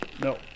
no